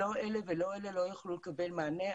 לא אלה ולא אלה לא יוכלו לקבל מענה.